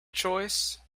choice